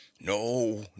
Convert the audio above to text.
No